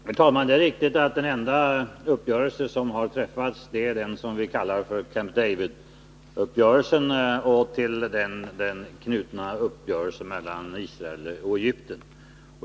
Herr talman! Det är riktigt att den enda uppgörelse som har träffats är den som vi kallar Camp David-uppgörelsen och den till denna knutna uppgörelsen mellan Israel och Egypten.